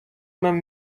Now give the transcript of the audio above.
нам